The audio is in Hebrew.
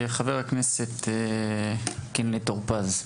חבר הכנסת, קינלי טור פז.